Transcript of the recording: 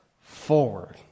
forward